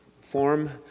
form